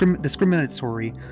discriminatory